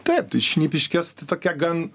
taip tai šnipiškės tai tokia gan